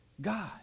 God